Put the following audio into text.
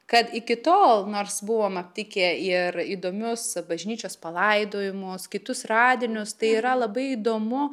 kad iki tol nors buvom aptikę ir įdomius bažnyčios palaidojimus kitus radinius tai yra labai įdomu